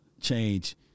change